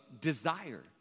desire